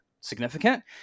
significant